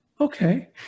Okay